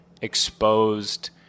exposed